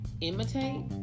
imitate